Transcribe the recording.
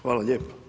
Hvala lijepo.